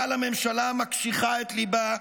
אבל הממשלה מקשיחה את ליבה,